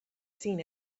seen